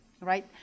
right